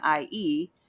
IE